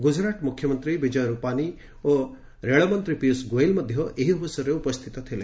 ଗୁଜୁରାଟ ମୁଖ୍ୟମନ୍ତ୍ରୀ ବିଜୟ ରୂପାନୀ ଓ ରେଳମନ୍ତ୍ରୀ ପୀୟୁଷ ଗୋଏଲ ମଧ୍ୟ ଏହି ଅବସରରେ ଉପସ୍ଥିତ ଥିଲେ